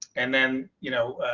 and then, you know,